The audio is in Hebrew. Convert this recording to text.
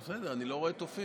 בסדר, אני לא רואה את אופיר.